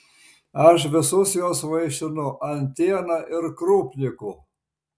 aš visus juos vaišinu antiena ir krupniku